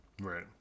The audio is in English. Right